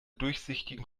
durchsichtigen